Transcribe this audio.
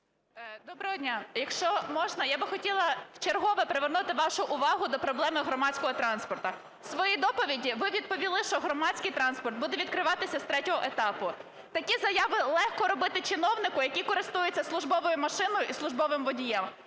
Доброго дня! Якщо можна, я би хотіла вчергове привернути вашу увагу до проблеми громадського транспорту. В своїй доповіді ви відповіли, що громадський транспорт буде відкриватися з третього етапу. Такі заяви легко робити чиновнику, який користується службою машиною і службовим водієм,